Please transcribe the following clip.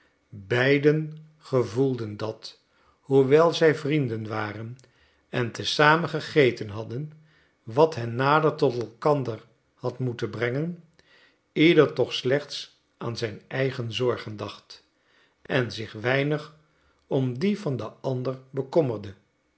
beiden gevoelden dat hoewel zij vrienden waren en te zamen gegeten hadden wat hen nader tot elkander had moeten brengen ieder toch slechts aan zijn eigen zorgen dacht en zich weinig om die van den ander bekommerde